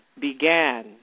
began